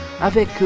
avec